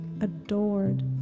adored